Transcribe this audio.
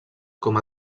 com